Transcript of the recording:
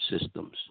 systems